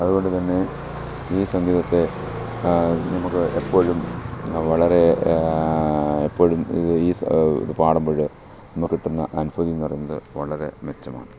അതുകൊണ്ട് തന്നെ ഈ സംഗീതത്തെ നമുക്ക് എപ്പോഴും വളരെ എപ്പോഴും ഈസ് ഇത് പാടുമ്പോൾ നമുക്ക് കിട്ടുന്ന അനുഭൂതിയെന്ന് പറയുന്നത് വളരെ മെച്ചമാണ്